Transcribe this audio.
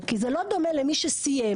כי זה לא דומה למי שסיים,